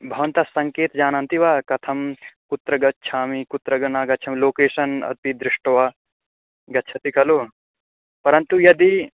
भवन्तः सङ्केतं जानन्ति वा कथं कुत्र गच्छामि कुत्र ग न गच्छामि लोकेशन् अपि दृष्ट्वा गच्छति खलु परन्तु यदि